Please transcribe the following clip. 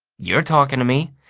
you're talking to me.